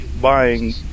buying